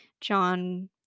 John